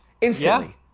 instantly